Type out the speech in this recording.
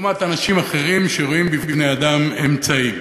לעומת אנשים אחרים שרואים בבני-אדם אמצעי.